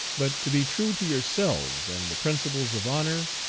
but to be true to yourselves and the principles of honor,